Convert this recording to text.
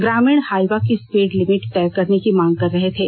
ग्रमीण होइवा की स्पीड लिमिट तय करने की मांग कर रहे थे